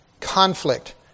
Conflict